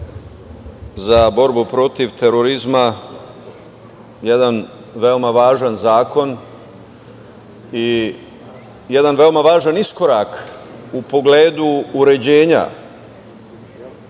za borbu protiv terorizma jedan veoma važan zakon i jedan veoma važan iskorak u pogledu uređenja